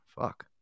Fuck